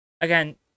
again